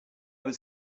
was